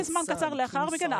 זמן קצר לאחר מכן,